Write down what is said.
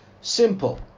Simple